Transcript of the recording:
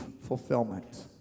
fulfillment